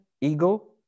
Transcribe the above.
ego